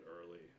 early